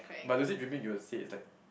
but lucid dreaming you would say is like